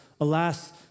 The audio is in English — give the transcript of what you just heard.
alas